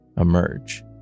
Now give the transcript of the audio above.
emerge